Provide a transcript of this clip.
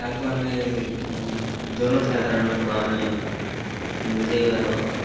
ତାଙ୍କୁ ଆମେ ଜନସାଧାରଣଙ୍କୁ ଆମେ ବୁଝେଇବାର